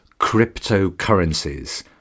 cryptocurrencies